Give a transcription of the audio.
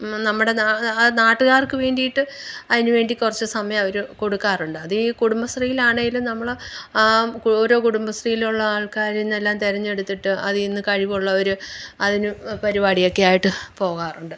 നമ്മുടെ ആ നാട്ടുകാർക്ക് വേണ്ടീട്ട് അതിന് വേണ്ടി കുറച്ച് സമയം അവർ കൊടുക്കാറുണ്ട് അതീ കുടുംബ ശ്രീലാണേലും നമ്മൾ ഓരോ കുടുംബ ശ്രീലുള്ള ആൾക്കാരിന്നെല്ലാം തെരഞ്ഞെടുത്തിട്ട് അതീന്ന് കഴിവുള്ളവർ അതിനു പരിപാടിയെക്കെയായിട്ട് പോകാറുണ്ട്